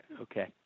okay